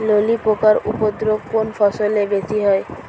ললি পোকার উপদ্রব কোন ফসলে বেশি হয়?